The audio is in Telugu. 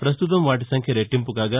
పస్తుతం వాటి సంఖ్య రెట్టింపుకాగా